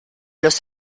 los